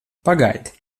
pagaidi